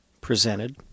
presented